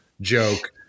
joke